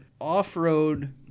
Off-road